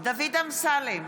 דוד אמסלם,